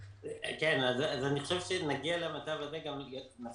בהחלט, חד